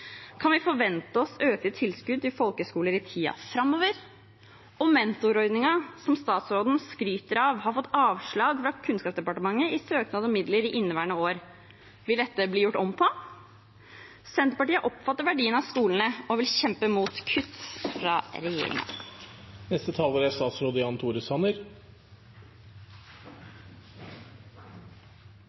Kan vi forvente oss økte tilskudd til folkehøgskoler i tiden framover? Og mentorordningen, som statsråden skryter av, har fått avslag fra Kunnskapsdepartementet på søknad om midler i inneværende år. Vil det bli gjort om på dette? Senterpartiet oppfatter verdien av skolene og vil kjempe mot kutt fra